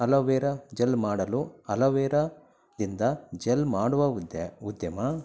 aloe vera gel ಮಾಡಲು ಅಲವೇರದಿಂದ gel ಮಾಡುವ ಉದ್ಯ ಉದ್ಯಮ